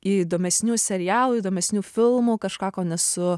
įdomesnių serialų įdomesnių filmų kažką ko nesu